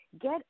get